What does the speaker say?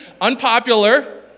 unpopular